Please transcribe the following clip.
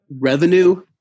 revenue